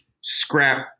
scrap